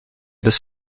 des